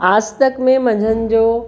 आज तक में मंझंदि जो